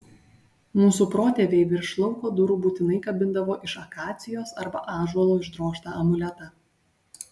mūsų protėviai virš lauko durų būtinai kabindavo iš akacijos arba ąžuolo išdrožtą amuletą